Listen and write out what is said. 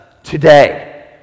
today